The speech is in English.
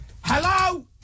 Hello